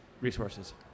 resources